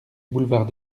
boulevard